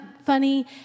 funny